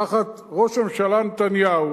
תחת ראש הממשלה נתניהו,